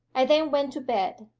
i then went to bed.